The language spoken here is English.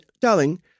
darling